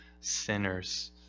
sinners